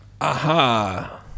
aha